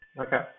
Okay